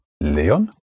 Leon